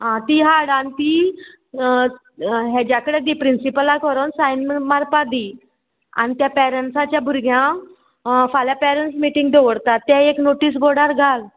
आं ती हाड आनी ती हाज्या कडेन दी प्रिंसिपलाक व्हरोन सायन मारपा दी आनी त्या पेरंट्साच्या भुरग्यांक फाल्यां पेरंट्स मिटींग दवरतात तें एक नोटीस बोर्डार घाल